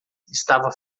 estava